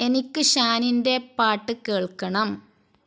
എനിക്ക് ഷാനിൻ്റെ പാട്ട് കേള്ക്കണം